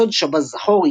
סוד שבת זכור,